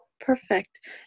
perfect